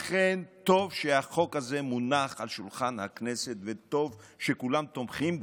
לכן טוב שהחוק הזה מונח על שולחן הכנסת וטוב שכולם תומכים בו.